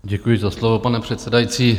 Děkuji za slovo, pane předsedající.